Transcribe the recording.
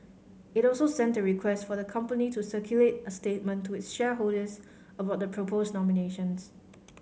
it also sent a request for the company to circulate a statement to its shareholders about the proposed nominations